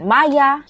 Maya